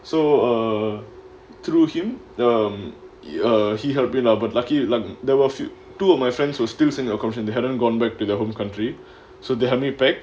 so err through him um he had been up but lucky there were two of my friends were still single comes into hadn't gone back to their home country so the harmony park